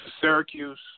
Syracuse